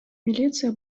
милиция